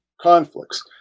conflicts